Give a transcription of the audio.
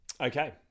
Okay